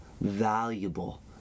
valuable